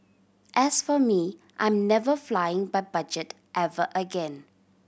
as for me I'm never flying by budget ever again